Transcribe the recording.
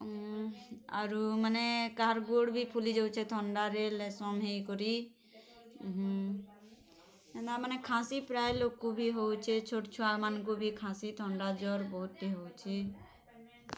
ଆରୁ ମାନେ କାହାର୍ ଗୁଡ଼୍ ବି ଫୁଲି ଯାଉଛେ ଥଣ୍ଡାରେ ଲେସନ୍ ହେଇକରି ହେନ୍ତା ମାନେ ଖାଁସି ପ୍ରାୟ ଲୋକ୍ଙ୍କୁ ବି ହଉଛେ ଛୋଟ୍ ଛୁଆମାନ୍ଙ୍କୁ ବି ଖାଁସି ଥଣ୍ଡା ଜ୍ଵର୍ ବହୁତ୍ଟେ ହଉଛେ